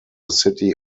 city